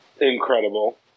incredible